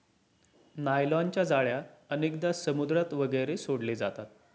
नायलॉनच्या जाळ्या अनेकदा समुद्रात वगैरे सोडले जातात